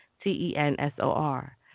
T-E-N-S-O-R